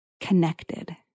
connected